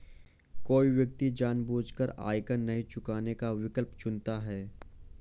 कोई व्यक्ति जानबूझकर आयकर नहीं चुकाने का विकल्प चुनता है